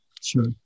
Sure